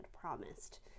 promised